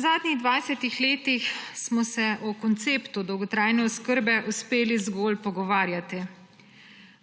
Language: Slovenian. Zadnjih 20 letih smo se o konceptu dolgotrajne oskrbe uspeli zgolj pogovarjati.